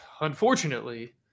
Unfortunately